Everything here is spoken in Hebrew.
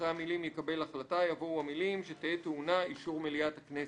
אחרי המילים "יקבל החלטה" יבואו המילים "שתהא טעונה אישור מליאת הכנסת".